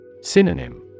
Synonym